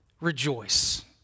rejoice